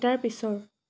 এটাৰ পিছৰ